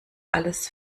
alles